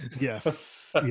Yes